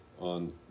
on